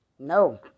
No